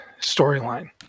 storyline